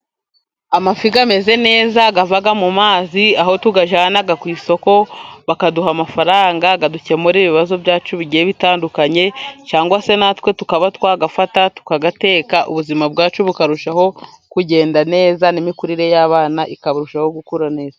Amafi ameze neza, ava mu mazi aho tuyajyana ku isoko bakaduha amafaranga, akadukemurira, ibibazo byacu bigiye bitandukanye, cyangwa se natwe tukaba twayafata tukayateka, ubuzima bwacu bukarushaho kugenda neza, n'imikurire y'abana ikarushaho gukura neza.